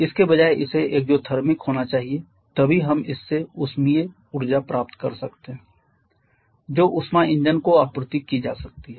इसके बजाय इसे एक्ज़ोथिर्मिक होना चाहिए तभी हम इससे ऊष्मीय ऊर्जा प्राप्त कर सकते हैं जो ऊष्मा इंजन को आपूर्ति की जा सकती है